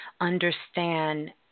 understand